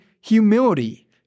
humility